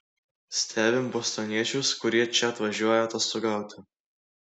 stebim bostoniečius kurie čia atvažiuoja atostogauti